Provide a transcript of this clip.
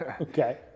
Okay